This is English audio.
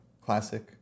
classic